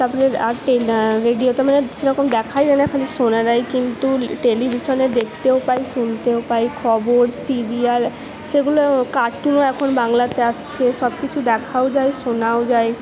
তারপরে আর রেডিওতে মানে সেরকম দেখা যায় না খালি শোনা যায় কিন্তু টেলিভিশনে দেখতেও পাই শুনতেও পাই খবর সিরিয়াল সেগুলো কার্টুনও এখন বাংলাতে আসছে সবকিছু দেখাও যায় শোনাও যায়